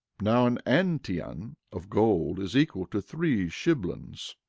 now an antion of gold is equal to three shiblons.